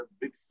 big